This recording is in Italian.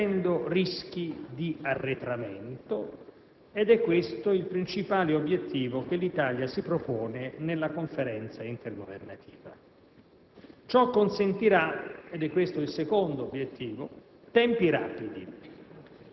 intendiamo difendere l'insieme del mandato approvato, combattendo rischi di arretramento: questo è il principale obiettivo che l'Italia si propone nella Conferenza intergovernativa.